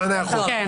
המשרד לביטחון לאומי.